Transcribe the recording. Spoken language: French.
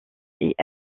est